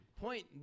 Point